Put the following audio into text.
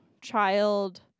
child